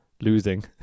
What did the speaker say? losing